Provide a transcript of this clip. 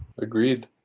Agreed